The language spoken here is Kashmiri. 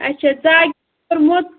اَچھا کوٚرمُت